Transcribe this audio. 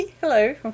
Hello